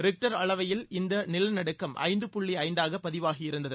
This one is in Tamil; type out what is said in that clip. ரிக்டர் அளவையில் இந்த நிலநடுக்கம் ஐந்து புள்ளி ஐந்தாக பதிவாகியிருந்தது